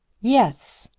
yes,